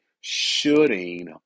shooting